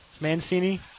Mancini